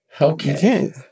Okay